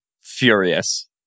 furious